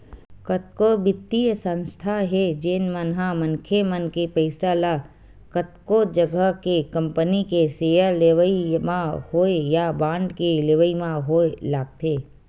कतको बित्तीय संस्था हे जेन मन ह मनखे मन के पइसा ल कतको जघा के कंपनी के सेयर लेवई म होय या बांड के लेवई म होय लगाथे